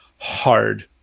Hard